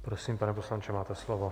Prosím, pane poslanče, máte slovo.